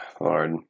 Lord